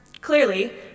Clearly